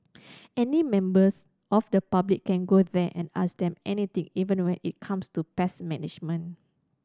any members of the public can go there and ask them anything even when it comes to pest management